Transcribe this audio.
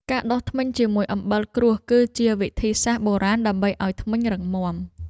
ការដុសធ្មេញជាមួយអំបិលគ្រួស គឺជាវិធីសាស្ត្របុរាណដើម្បីឱ្យធ្មេញរឹងមាំ។